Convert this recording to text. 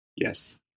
Yes